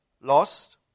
lost